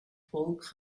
folk